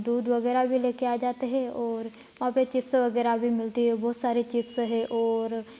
दूध वगैरह भी ले कर आ जाते हैं और वहाँ पर चिप्स वगैरह भी मिलती है बहुत सारे चिप्स हैं और